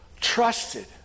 trusted